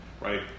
right